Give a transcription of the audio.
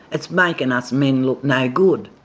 it's making us men look no good.